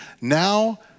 now